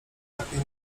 takiej